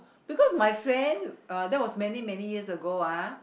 because my friend uh that was many many years ago ah